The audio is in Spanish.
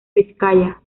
vizcaya